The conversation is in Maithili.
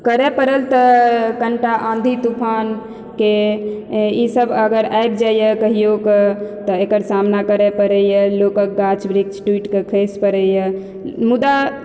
करे परल तऽ कनिटा आँधी तूफानके इसब अगर आबि जाइया कहियो कऽ तऽ एकर सामना करे परै यऽ लोकक गाछ वृक्ष टुटि कऽ खैस परै यऽ मुदा